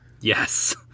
Yes